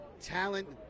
talent